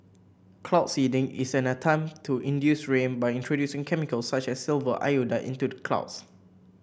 cloud seeding is an attempt to induce rain by introducing chemicals such as silver iodide into clouds